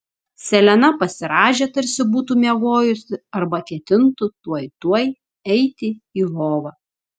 selena pasirąžė tarsi būtų miegojusi arba ketintų tuoj tuoj eiti į lovą